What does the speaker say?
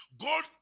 God